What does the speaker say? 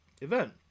event